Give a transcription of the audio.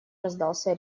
раздался